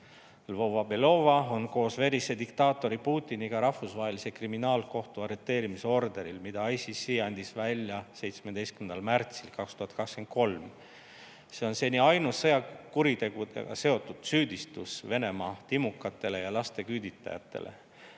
Lvova-Belova on koos verise diktaatori Putiniga Rahvusvahelise Kriminaalkohtu arreteerimisorderil, mille ICC andis välja 17. märtsil 2023. See on seni ainus sõjakuritegudega seotud süüdistus Venemaa timukatele ja laste küüditajatele.